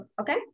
okay